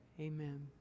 Amen